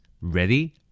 ready